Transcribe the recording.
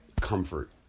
comfort